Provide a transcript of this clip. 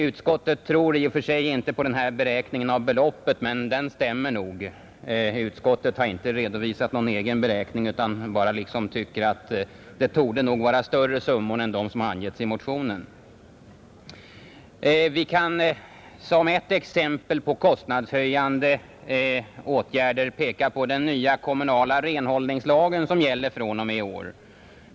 Utskottet tror i och för sig inte på den här beräkningen av beloppet, men den stämmer nog, Utskottet har inte redovisat någon egen beräkning utan bara liksom tycker att det torde vara större summor än de som har angetts i motionen, Vi kan som ett exempel på kostnadshöjande åtgärder peka på den nya kommunala renhållningslagen som gäller fr.o.m. i år.